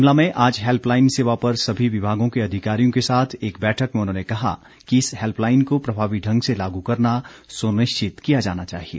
शिमला में आज हैल्पलाईन सेवा पर सभी विभागों के अधिकारियों के साथ एक बैठक में उन्होंने कहा कि इस हैल्पलाईन को प्रभावी ढंग से लागू करना सुनिश्चित किया जाना चाहिए